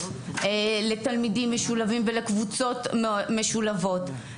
לתלמידים משולבים ולקבוצות משולבות.